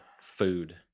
food